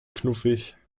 knuffig